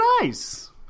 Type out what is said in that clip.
nice